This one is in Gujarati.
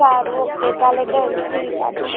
સારુ ઓકે કાલે ડન સીવી કાઢીશ